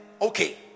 Okay